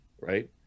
right